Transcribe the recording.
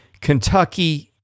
Kentucky